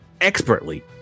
expertly